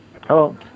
Hello